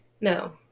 no